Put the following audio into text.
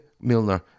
milner